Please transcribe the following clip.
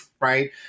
right